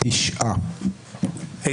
9 נמנעים, אין לא אושרה.